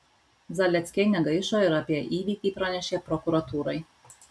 zaleckiai negaišo ir apie įvykį pranešė prokuratūrai